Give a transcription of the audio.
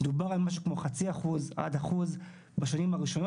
דובר על משהו כמו 0.5% עד 1% בשנים הראשונות.